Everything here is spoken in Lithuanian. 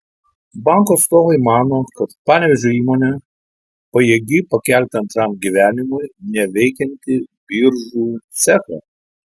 banko atstovai mano kad panevėžio įmonė pajėgi pakelti antram gyvenimui neveikiantį biržų cechą